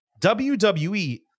WWE